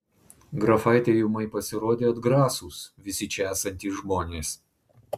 grafaitei ūmai pasirodė atgrasūs visi čia esantys žmonės